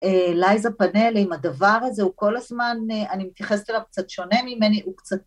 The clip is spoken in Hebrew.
לייזה פאנלים, הדבר הזה הוא כל הזמן, אני מתייחסת אליו קצת שונה ממני, הוא קצת